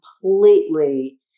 completely